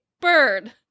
bird